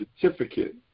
Certificate